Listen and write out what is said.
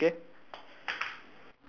okay so I just circle that okay